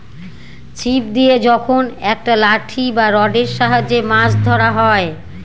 ছিপ দিয়ে যখন একটা লাঠি বা রডের সাহায্যে মাছ ধরা হয়